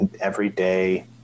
everyday